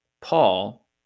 Paul